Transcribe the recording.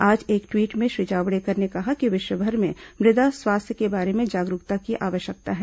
आज एक ट्वीट में श्री जावड़ेकर ने कहा कि विश्वभर में मृदा स्वास्थ्य के बारे में जागरूकता की आवश्यकता है